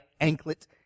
anklet